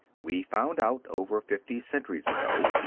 we found out, over fifty centuries ago,